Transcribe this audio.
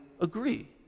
agree